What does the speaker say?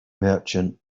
merchant